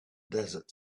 desert